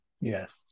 yes